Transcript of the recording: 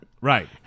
Right